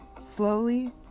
Slowly